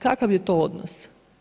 Kakav je to odnos?